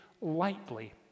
lightly